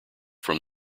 from